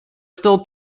still